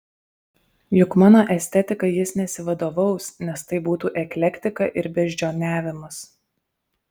juk mano estetika jis nesivadovaus nes tai būtų eklektika ir beždžioniavimas